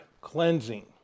cleansing